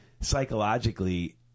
psychologically –